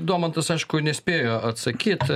domantas aišku nespėjo atsakyt